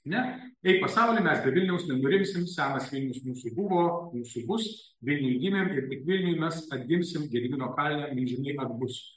ne ei pasauli mes be vilniaus nenurimsim senas vilnius mūsų buvo mūsų bus vilniuj gimėm ir tik vilniuj mes atgimsim gedimino kalne milžinai atbus